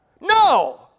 No